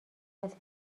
است